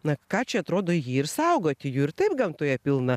na ką čia atrodo jį ir saugoti jų ir taip gamtoje pilna